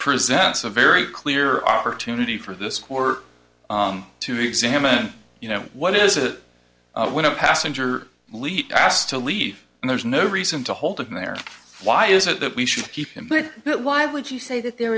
presents a very clear opportunity for this court to examine you know what is it when a passenger lete asked to leave and there's no reason to hold him there why is it that we should keep him but why would you say that there